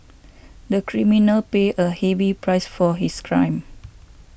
the criminal paid a heavy price for his crime